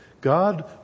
God